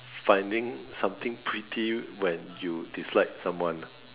finding something petty when you dislike someone